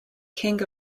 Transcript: king